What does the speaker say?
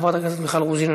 חברת הכנסת מיכל רוזין,